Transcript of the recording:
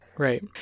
Right